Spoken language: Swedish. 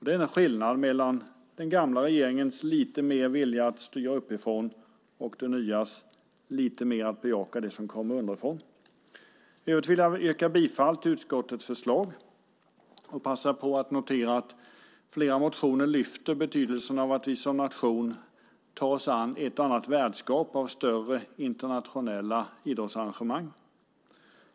Det är en skillnad mellan den gamla regeringens lite större vilja att styra uppifrån och den nyas lite större vilja att bejaka det som kommer underifrån. I övrigt vill jag yrka bifall till utskottets förslag och passa på att notera att flera motioner lyfter betydelsen av att vi som nation tar oss an ett och annat värdskap för större internationella idrottsarrangemang.